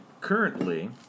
currently